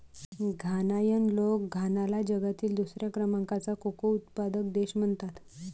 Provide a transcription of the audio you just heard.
घानायन लोक घानाला जगातील दुसऱ्या क्रमांकाचा कोको उत्पादक देश म्हणतात